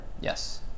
Yes